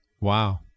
Wow